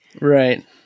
Right